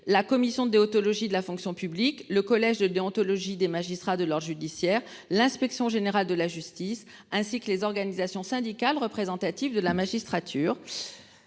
la commission de déontologie de la fonction publique. Le collège de déontologie des magistrats de leur judiciaire l'inspection générale de la justice, ainsi que les organisations syndicales représentatives de la magistrature.